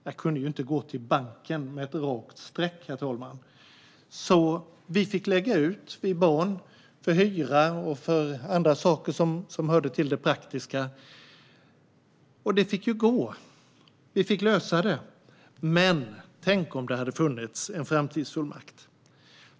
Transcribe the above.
Jag kunde ju inte gå till banken med en underskrift i form av ett rakt streck, herr talman. Vi barn fick lägga ut för hyra och annat som hörde till det praktiska. Det fick ju gå; vi fick lösa det. Men tänk om det hade funnits en framtidsfullmakt!